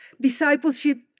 Discipleship